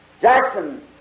Jackson